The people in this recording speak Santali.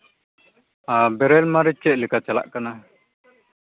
ᱟᱨ ᱵᱮᱨᱮᱞ ᱢᱟᱹᱨᱤᱪ ᱪᱮᱫ ᱞᱮᱠᱟ ᱪᱟᱞᱟᱜ ᱠᱟᱱᱟ